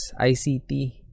ICT